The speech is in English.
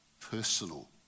personal